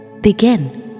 begin